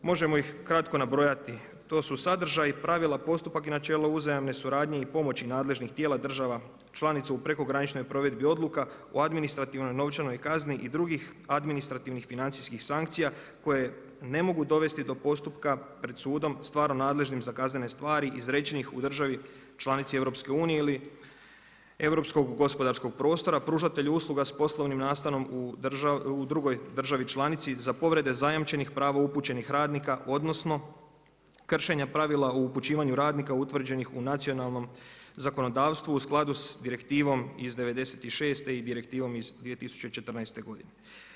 Možemo ih kratko nabrojati, to su sadržaj, pravila, postupak i načelo uzajamne suradnje i pomoći nadležnih tijela država članica u prekograničnoj provedbi odluka u administrativnoj novčanoj kazni i drugih administrativnih financijskih sankcija koje ne mogu dovesti do postupka pred sudom stvarno nadležnim za kaznene stvari izrečenih u državi članici EU ili europskog gospodarskog prostora, pružatelji usluga s poslovnim nastanom u drugoj državi članici za povrede zajamčenih prava upućenih radnika, odnosno kršenja pravila o upućivanju radnika utvrđenih u nacionalnom zakonodavstvu u skladu s direktivom iz '96. i direktivom iz 2014. godine.